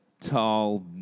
Tall